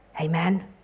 Amen